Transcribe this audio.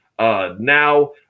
Now